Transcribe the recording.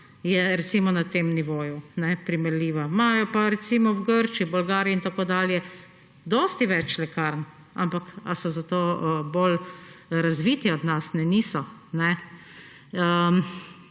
je na tem nivoju primerljiva. Imajo pa v Grčiji, Bolgariji, in tako dalje dosti več lekarn. Ali so za to bolj razviti od nas? Ne, niso.